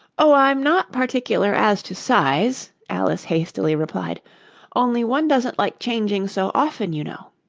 oh, i'm not particular as to size alice hastily replied only one doesn't like changing so often, you know